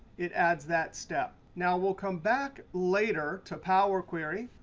it adds that step. now, we'll come back later to power query.